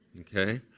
Okay